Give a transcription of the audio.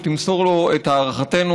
שתמסור לו את הערכתנו.